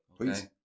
please